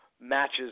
matches